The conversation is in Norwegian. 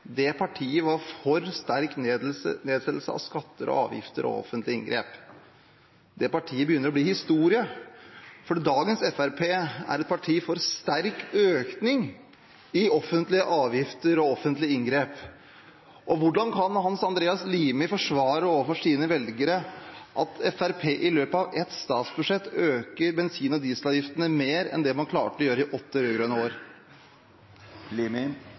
Det partiet var for sterk nedsettelse av skatter, avgifter og offentlige inngrep. Det partiet begynner å bli historie, for dagens Fremskrittspartiet er et parti for sterk økning i offentlige avgifter og offentlige inngrep. Hvordan kan Hans Andreas Limi forsvare overfor sine velgere at Fremskrittspartiet i løpet av ett statsbudsjett øker bensin- og dieselavgiftene mer enn det man klarte å gjøre i åtte rød-grønne år?